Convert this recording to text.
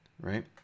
right